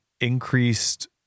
increased